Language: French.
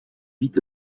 vit